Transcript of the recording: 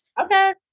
Okay